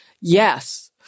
yes